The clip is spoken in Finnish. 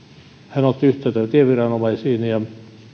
hän otti yhteyttä tieviranomaisiin ja